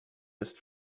ist